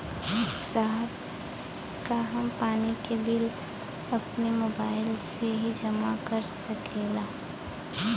साहब का हम पानी के बिल अपने मोबाइल से ही जमा कर सकेला?